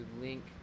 link